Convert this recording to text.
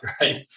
right